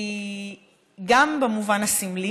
כי גם במובן הסמלי